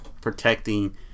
protecting